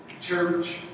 church